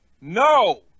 No